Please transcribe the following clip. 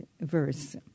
verse